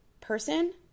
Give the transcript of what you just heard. person